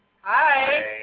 Hi